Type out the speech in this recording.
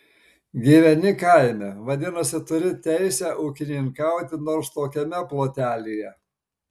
gyveni kaime vadinasi turi teisę ūkininkauti nors tokiame plotelyje